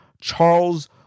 Charles